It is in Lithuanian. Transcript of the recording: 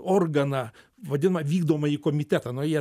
organą vadimą vykdomąjį komitetą nu jie